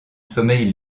sommeil